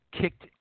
kicked